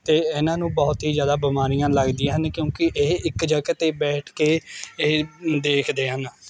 ਅਤੇ ਇਹਨਾਂ ਨੂੰ ਬਹੁਤ ਹੀ ਜ਼ਿਆਦਾ ਬਿਮਾਰੀਆਂ ਲੱਗਦੀਆਂ ਹਨ ਕਿਉਂਕਿ ਇਹ ਇੱਕ ਜਗ੍ਹਾ 'ਤੇ ਬੈਠ ਕੇ ਇਹ ਦੇਖਦੇ ਹਨ